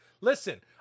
Listen